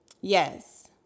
Yes